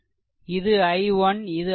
இது i1 இது i2